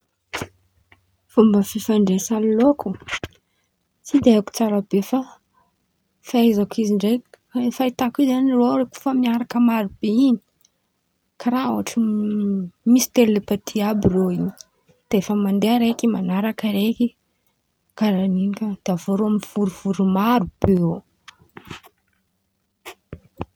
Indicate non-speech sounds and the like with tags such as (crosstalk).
Fômba fifandraisan̈y laôko tsy de haiko tsara be fa- fahaizako izy ndraiky fahitako izy zan̈y, irô efa miaraka maro be in̈y karàha ôtran̈y (hesitation) misy telepatia àby irô in̈y, de efa mandeha raiky man̈araka raiky, karàha in̈y de aveo irô mivorivory maro be oe.